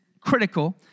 critical